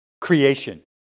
creation